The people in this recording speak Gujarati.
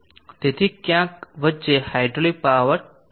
તેથી ક્યાંક વચ્ચે હાઇડ્રોલિક પાવર મહત્તમ છે